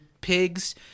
Pigs